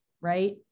right